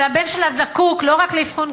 שהבן שלה זקוק לא רק לאבחון,